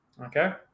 Okay